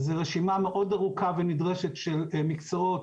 וזו רשימה מאוד ארוכה ונדרשת של מקצועות